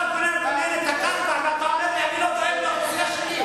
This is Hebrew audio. אתה גונב ממני את הקרקע ואתה אומר לי שאני לא דואג לאוכלוסייה שלי?